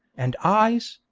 and eyes,